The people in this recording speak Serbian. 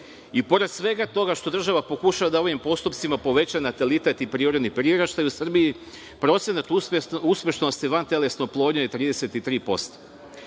pored svega toga što država pokušava da ovim postupcima poveća natalitet i prirodni priraštaj u Srbiji, procenat uspešnosti vantelesne oplodnje je 33%.